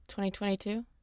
2022